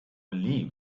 believe